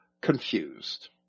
confused